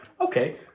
okay